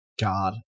God